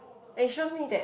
and it shows me that